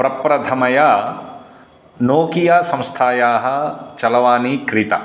प्र प्रथमया नोकिया संस्थायाः चरवाणी क्रीता